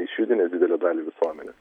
išjudinęs didelę dalį visuomenė